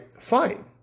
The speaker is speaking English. fine